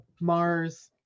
Mars